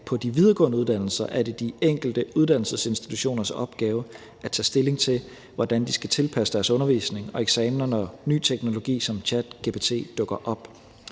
på de videregående uddannelser er de enkelte uddannelsesinstitutioners opgave at tage stilling til, hvordan de skal tilpasse deres undervisning og eksamener, når ny teknologi som ChatGPT dukker op.